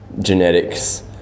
genetics